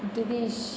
Girish